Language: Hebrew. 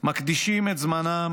מקדישים את זמנם